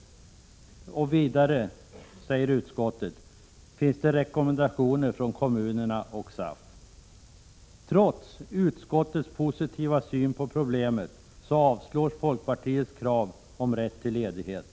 Man hänvisar också till rekommendationer från kommunerna och SAF. Trots utskottets positiva syn på problemet avslås folkpartiets krav på rätt till ledighet.